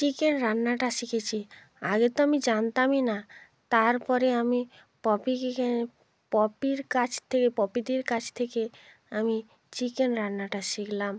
chicken রান্নাটা শিখেছি আগে তো আমি জানতামই না তারপরে আমি পপি কিচেন পপির কাছ থেকে পপিদির কাছ থেকে আমি চিকেন রান্নাটা শিখলাম